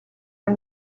are